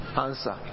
Answer